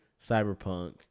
Cyberpunk